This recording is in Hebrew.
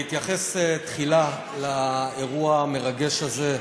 אני אתייחס תחילה באמת לאירוע המרגש הזה,